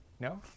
No